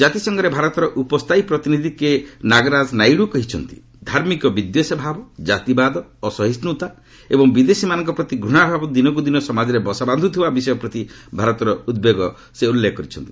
ଜାତିସଂଘରେ ଭାରତର ଉପ ସ୍ଥାୟୀ ପ୍ରତିନିଧି କେ ନାଗରାଜ ନାଇଡୁ କହିଛନ୍ତି ଧାର୍ମିକ ବିଦ୍ୱେଷବାଦ ଜାତିବାଦ ଅସହିଷ୍ଠୁତା ଏବଂ ବିଦେଶୀମାନଙ୍କ ପ୍ରତି ଘୂଣାଭାବ ଦିନକୁ ଦିନ ସମାଜରେ ବସା ବାନ୍ଧୁଥିବା ବିଷୟ ପ୍ରତି ଭାରତର ଉଦ୍ବେଗ ବିଷୟ ଉଲ୍ଲେଖ କରିଛନ୍ତି